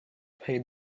paid